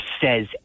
says